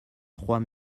trois